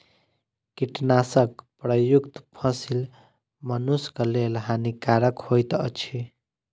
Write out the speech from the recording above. कीटनाशक प्रयुक्त फसील मनुषक लेल हानिकारक होइत अछि